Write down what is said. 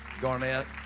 Garnett